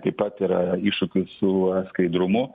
taip pat yra iššūkių su skaidrumu